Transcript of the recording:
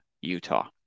Utah